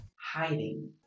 hiding